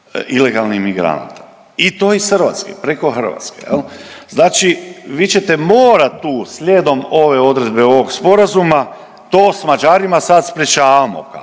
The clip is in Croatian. ilegalnih migranata i to iz Hrvatske, preko Hrvatske jel. Znači vi ćete morat tu slijedom ove odredbe ovog sporazuma, to s Mađarima sad sprječavamo kao